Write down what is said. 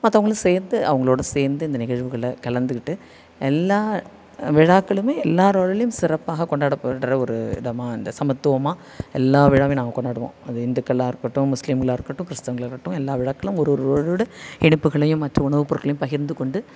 மற்றவுங்களும் சேர்த்து அவங்களோட சேர்ந்து இந்த நிகழ்வுகளில் கலந்துக்கிட்டு எல்லா விழாக்களுமே எல்லாேரோடலையும் சிறப்பாக கொண்டாடப்படுற ஒரு இடமாக இந்த சமத்துவமாக எல்லா விழாவையும் நாங்கள் கொண்டாடுவோம் அது இந்துக்களாக இருக்கட்டும் முஸ்லீம்களாக இருக்கட்டும் கிறிஸ்துவங்களாக இருக்கட்டும் எல்லா விழாக்களும் ஒரு ஒரு ஒருவரோடய இனிப்புகளையும் மற்ற உணவுப் பொருட்களையும் பகிர்ந்துக்கொண்டு